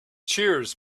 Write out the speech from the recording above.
cheers